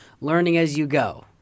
learning-as-you-go